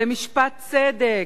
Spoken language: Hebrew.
למשפט צדק.